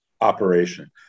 operation